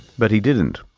but he didn't.